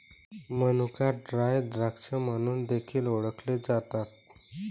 मनुका ड्राय द्राक्षे म्हणून देखील ओळखले जातात